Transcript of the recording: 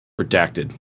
redacted